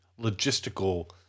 logistical